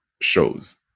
shows